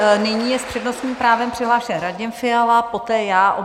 Nyní je s přednostním právem přihlášen Radim Fiala, poté já.